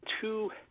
Two